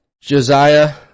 Josiah